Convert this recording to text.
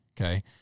Okay